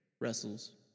wrestles